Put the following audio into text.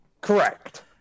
correct